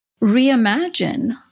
reimagine